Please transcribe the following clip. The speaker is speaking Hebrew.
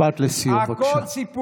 משפט לסיום, בבקשה.